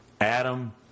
Adam